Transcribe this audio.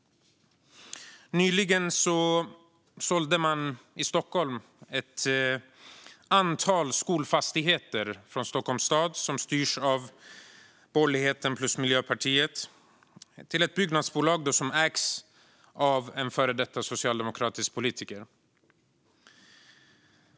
Nyligen sålde man i Stockholm ett antal skolfastigheter från Stockholms stad, som styrs av borgerligheten plus Miljöpartiet, till ett byggnadsbolag som ägs av en före detta socialdemokratisk politiker.